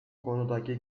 konudaki